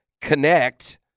Connect